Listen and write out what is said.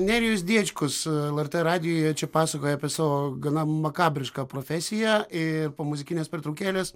nerijus diečkus lrt radijuje čia pasakoja apie savo gana makabrišką profesiją ir po muzikinės pertraukėlės